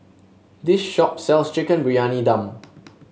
this shop sells Chicken Briyani Dum